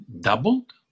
doubled